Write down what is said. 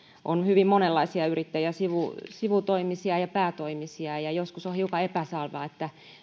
on hyvin monenlaisia yrittäjiä sivutoimisia sivutoimisia ja päätoimisia ja ja joskus on hiukan epäselvää